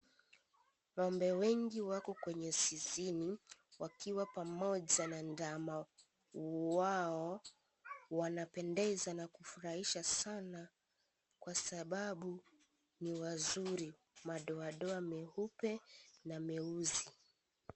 Ng'ombe wengi wako kwenye zizini wakiwa pamoja na ndama. Wao wanapendeza na kufurahisha sana kwa sababu ni wazuri, madoadoa meupe na meusi.